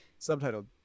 subtitled